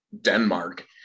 denmark